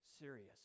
serious